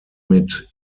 mit